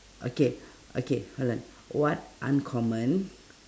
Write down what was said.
okay okay hold on what uncommon